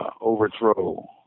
overthrow